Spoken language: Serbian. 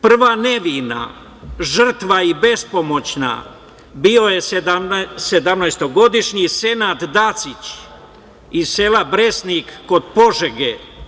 Prva nevina i bespomoćna žrtva bio je sedamnaestogodišnji Senad Dacić iz sela Bresnik kod Požege.